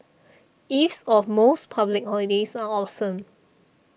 eves of most public holidays are awesome